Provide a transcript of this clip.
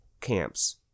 camps